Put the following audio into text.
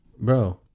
Bro